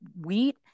wheat